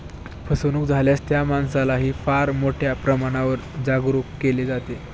फसवणूक झाल्यास त्या माणसालाही फार मोठ्या प्रमाणावर जागरूक केले जाते